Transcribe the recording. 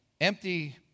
empty